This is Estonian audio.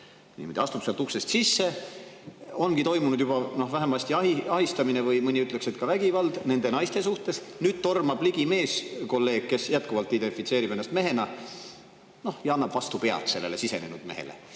niimoodi astub sealt uksest sisse – ongi toimunud juba vähemasti ahistamine või mõni ütleks, et ka vägivald nende naiste suhtes. Siis tormab ligi meeskolleeg, kes jätkuvalt identifitseerib ennast mehena, ja annab vastu pead sellele sisenenud mehele.